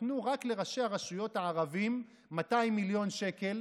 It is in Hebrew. נתנו רק לראשי הרשויות הערבים 200 מיליון שקל,